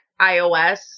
iOS